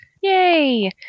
Yay